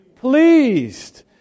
pleased